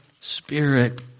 Spirit